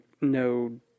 no